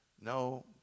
No